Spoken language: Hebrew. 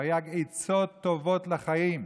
תרי"ג עצות טובות לחיים.